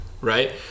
right